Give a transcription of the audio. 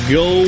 go